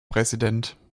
präsident